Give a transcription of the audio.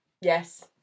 Yes